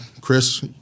Chris